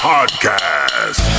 Podcast